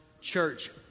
church